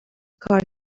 کار